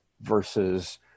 versus